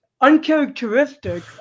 uncharacteristic